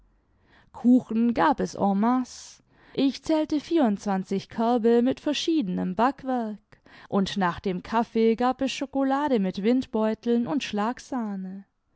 kuchen gab es en masse ich zählte vierundzwanzig körbe mit verschiedenem backwerk und nach dem kaffee gab es schokolade nüt windbeuteln und schlagsahne